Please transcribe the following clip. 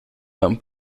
han